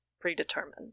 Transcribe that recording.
predetermined